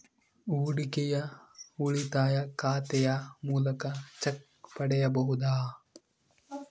ಹೂಡಿಕೆಯ ಉಳಿತಾಯ ಖಾತೆಯ ಮೂಲಕ ಚೆಕ್ ಪಡೆಯಬಹುದಾ?